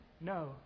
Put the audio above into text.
No